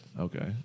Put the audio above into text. Okay